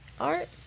art